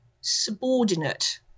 subordinate